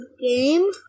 game